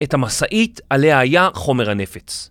את המשאיית עליה היה חומר הנפץ.